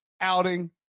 outing